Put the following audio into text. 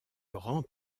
grand